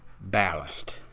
ballast